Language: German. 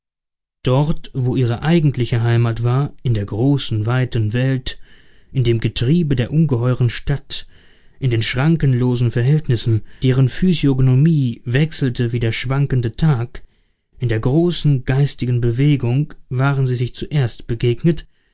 dort wo ihre eigentliche heimat war in der großen weiten welt in dem getriebe der ungeheuren stadt in den schrankenlosen verhältnissen deren physiognomie wechselte wie der schwankende tag in der großen geistigen bewegung waren sie sich zuerst begegnet